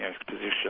exposition